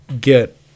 get